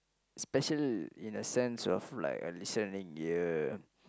special in a sense of like a listening ear